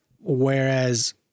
whereas